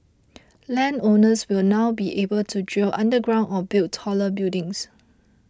land owners will now be able to drill underground or build taller buildings